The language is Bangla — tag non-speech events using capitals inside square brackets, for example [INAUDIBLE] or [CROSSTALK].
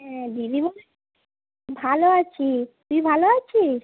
হ্যাঁ দিদি [UNINTELLIGIBLE] ভালো আছি তুই ভালো আছিস